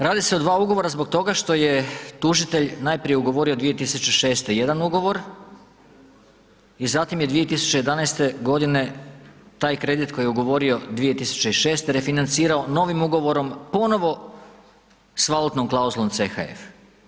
Radi se o dva ugovora zbog toga što je tužitelj najprije ugovorio 2006. jedan ugovor i zatim je 2011. g. taj kredit koji je ugovorio 2006. refinancirao novih ugovorom ponovo s valutnom klauzulom CHF.